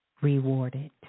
rewarded